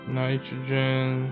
nitrogen